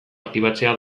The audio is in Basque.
aktibatzea